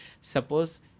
suppose